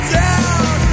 down